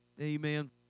Amen